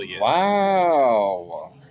Wow